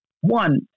one